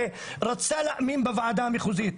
שרצה להאמין בוועדה המחוזית.